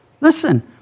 Listen